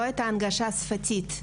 לא הייתה הנגשה שפתית,